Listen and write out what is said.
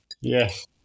Yes